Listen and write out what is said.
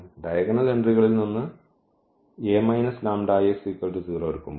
diagonal എൻട്രികളിൽ നിന്ന് ഈ എടുക്കുമ്പോൾ